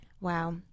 wow